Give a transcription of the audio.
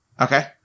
Okay